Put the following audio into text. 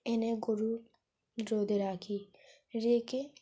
এনে গরু রোদে রাখি রেখে